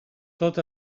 tot